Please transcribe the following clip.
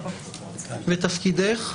ותפקידך?